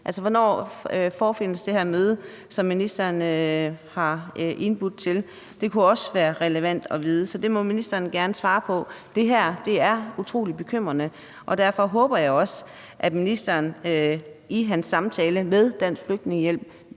altså, hvornår skal det her møde finde sted, som ministeren har indbudt til? Det kunne også være relevant at vide – så det må ministeren gerne svare på. Det her er utroligt bekymrende, og derfor håber jeg også, at ministeren under hans samtale med Dansk Flygtningehjælp